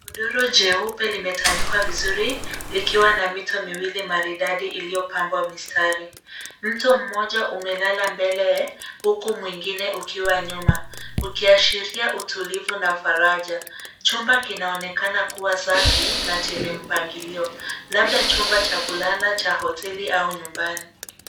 Godoro jeupe limetandikwa vizuri likiwa na mita miwili maridadi iliyopambwa mistari. Mto mmoja umelala mbele huku mwingine ukiwa nyuma, ukiashiria utulivu na faraja. Chumba kinaonekana kuwa safi na chenye mpangilio, labda chumba cha kulala cha hoteli au nyumbani.